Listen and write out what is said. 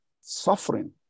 suffering